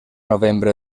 novembre